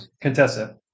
Contessa